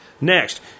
Next